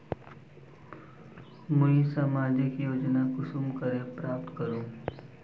मुई सामाजिक योजना कुंसम करे प्राप्त करूम?